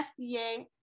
FDA